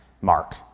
Mark